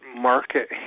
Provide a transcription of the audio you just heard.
Market